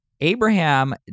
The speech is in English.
Abraham